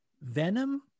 Venom